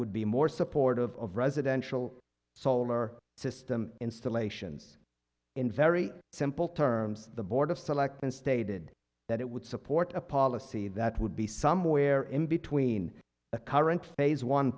would be more supportive of residential solar system installations in very simple terms the board of selectmen stated that it would support a policy that would be somewhere in between the current phase one